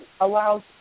allows